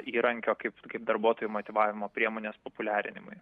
įrankio kaip kaip darbuotojų motyvavimo priemonės populiarinimui